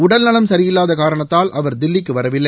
உடல்நலம் சரியில்லாத காரணத்தால் அவர் தில்லிக்கு வரவில்லை